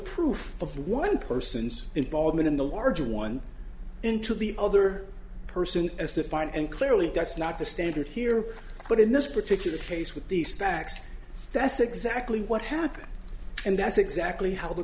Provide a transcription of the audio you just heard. proof of one person's involvement in the larger one into the other person it's a fight and clearly that's not the standard here but in this particular case with these specs that's exactly what happened and that's exactly how the